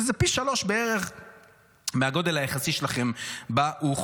זה בערך פי שלושה מהגודל היחסי שלכם באוכלוסייה.